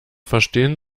verstehen